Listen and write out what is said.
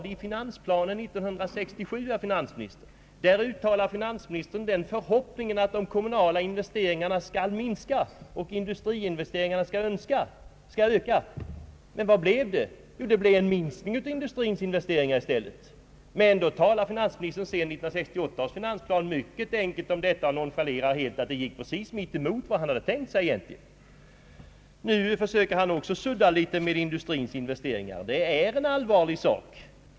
Men i finansplanen av år 1967 uttalade finansministern den förhoppningen att de kommunala investeringarna skulle minska och att industriinvesteringarna skulle öka. Vad blev det? Jo, det blev en minskning av industrins investeringar i stället. Då talar finansministern i 1968 års finansplan mycket enkelt om detta och nonchalerar att det gick helt emot vad han hade tänkt sig. Nu försöker han också sudda litet med industrins investeringar, och det är en allvarlig sak.